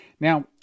Now